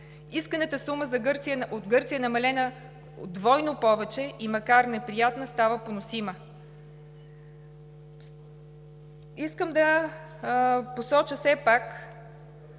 Исканата сума от Гърция е намалена двойно повече и макар неприятна, става поносима. Искам да посоча все пак